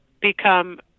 become